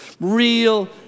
Real